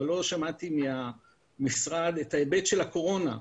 לא שמעתי מהמשרד את ההיבט של הקורונה.